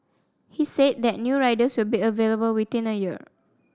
he said that new riders will be available within a year